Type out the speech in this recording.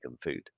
food